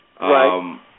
Right